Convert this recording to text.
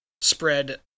spread